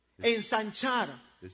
Ensanchar